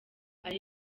ari